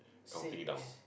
counting down